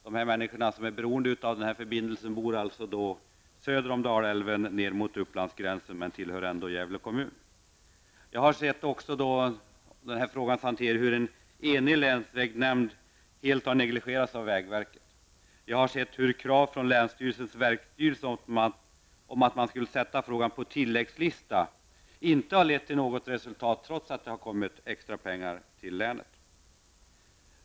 De människor som är beroende av förbindelsen bor söder om Dalälven, ner mot Upplandsgräns men tillhör Gävle kommun. Jag har sett vid hanteringen av frågan hur en enig länsvägsnämnd helt har negligerats av vägverket. Jag har sett hur krav från länsstyrelsens verksstyrelse på att man skall sätta frågan på tilläggslistan inte har lett till något resultat, trots att det har anslagits extra pengar till länet.